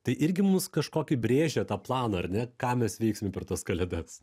tai irgi mums kažkokį brėžia tą planą ar ne ką mes veiksime per tas kalėdas